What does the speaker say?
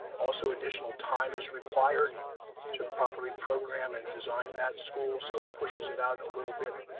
also additional time is required to properly program and design that school. so it pushes it out a little bit,